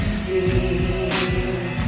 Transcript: see